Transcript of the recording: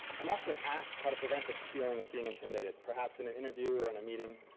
i'm often asked how to prevent this feeling of being intimidated, perhaps in an interview or in a meeting,